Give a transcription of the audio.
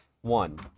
one